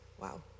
Wow